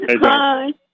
Hi